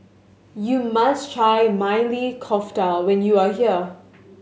you must try Maili Kofta when you are here